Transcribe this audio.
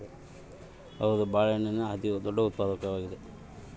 ಇತರ ದೇಶಗಳಿಗಿಂತ ಭಾರತವು ಬಾಳೆಹಣ್ಣಿನ ಅತಿದೊಡ್ಡ ಉತ್ಪಾದಕವಾಗಿದೆ